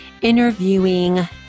interviewing